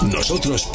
Nosotros